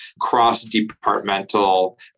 cross-departmental